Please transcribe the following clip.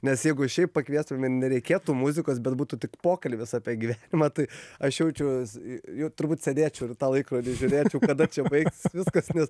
nes jeigu šiaip pakviestume nereikėtų muzikos bet būtų tik pokalbis apie gyvenimą tai aš jaučiuos jau turbūt sėdėčiau ir į tą laikrodį žiūrėčiau kada čia baigsis viskas nes